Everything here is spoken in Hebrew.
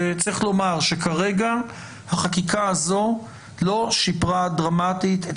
צריך לומר שכרגע החקיקה הזו לא שיפרה דרמטית את